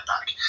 back